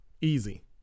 easy